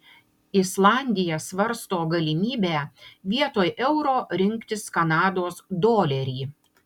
islandija svarsto galimybę vietoj euro rinktis kanados dolerį